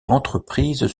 entreprises